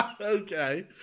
Okay